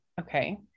Okay